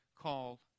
call